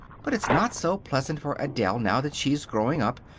but it's not so pleasant for adele, now that she's growing up,